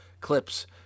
clips